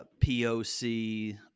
POC